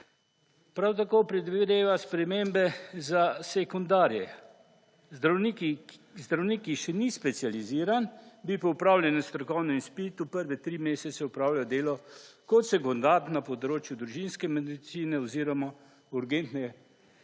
Prav tako predvideva spremembe za sekundarje. Zdravnik, ki še ni specializiran bi po opravljenem strokovnem izpitu prve tri mesece opravljal delo kot sekundar na področju družinske medicine oziroma urgentne